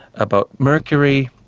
about mercury,